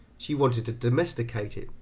she wanted to domesticate it,